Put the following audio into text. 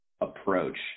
approach